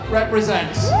represents